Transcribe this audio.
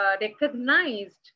recognized